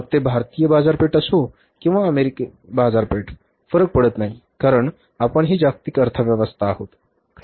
मग ते भारतीय बाजारपेठ असो किंवा अमेरिकन बाजारपेठ फरक पडत नाही कारण आपणही जागतिक अर्थव्यवस्था आहोत